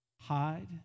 hide